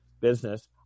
business